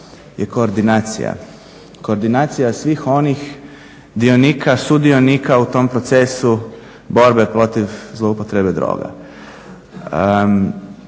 je koordinacija, koordinacija svih onih dionika, sudionika u tom procesu borbe protiv zloupotrebe droga.